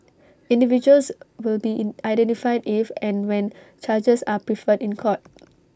individuals will be in identified if and when charges are preferred in court